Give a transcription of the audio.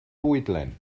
fwydlen